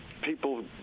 people